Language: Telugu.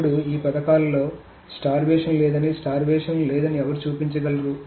ఇప్పుడు ఈ పథకాల్లో స్టార్వేషన్ లేదని స్టార్వేషన్ లేదని ఎవరూ చూపించగలరు